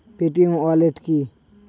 Paytm wallet কি?